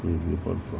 你也没有 control